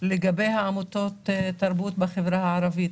לגבי עמותות תרבות בחברה הערבית.